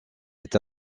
est